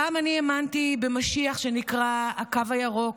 פעם אני האמנתי במשיח שנקרא הקו הירוק.